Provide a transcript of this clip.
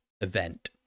event